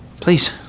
Please